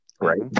right